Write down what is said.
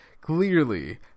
clearly